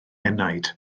enaid